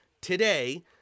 today